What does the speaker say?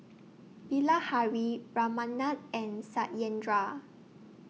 Bilahari Ramanand and Satyendra